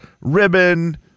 ribbon